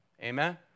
Amen